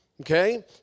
Okay